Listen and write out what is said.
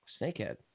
Snakehead